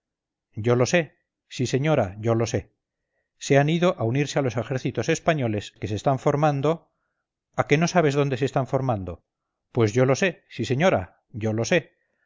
yo lo sé sí señora yo lo sé se han ido a unirse a los ejércitos españoles que se están formando a que no sabes dónde se están formando pues yo lo sé sí señora yo lo sé